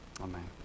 Amen